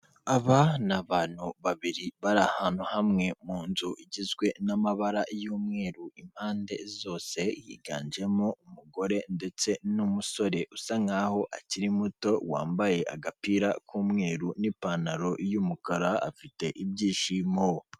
Aba ni abantu babiri bari ahantu hamwe mu nzu igizwe n'amabara y'umweru impande zose, higanjemo umugore ndetse n'umusore usa nk'aho akiri muto, wambaye agapira k'umweru n'ipantaro y'umukara afite ibyishimo.